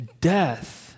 death